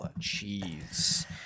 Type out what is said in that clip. cheese